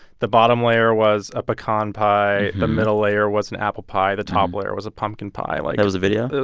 the bottom layer was a pecan pie. the middle layer was an apple pie. the top layer was a pumpkin pie. like. that was a video?